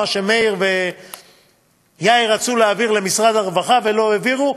מה שמאיר ויאיר רצו להעביר למשרד הרווחה ולא העבירו.